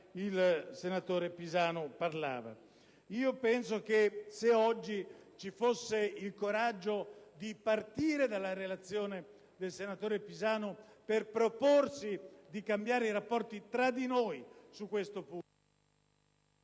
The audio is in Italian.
il senatore Pisanu. Penso che, se ci fosse il coraggio di partire dalla relazione del senatore Pisanu per proporsi di cambiare i rapporti tra di noi e di compiere